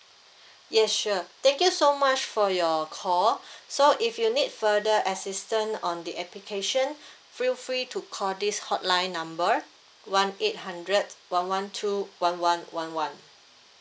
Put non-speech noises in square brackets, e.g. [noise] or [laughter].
yes sure thank you so much for your call [breath] so if you need further assistant on the application [breath] feel free to call this hotline number one eight hundred one one two one one one one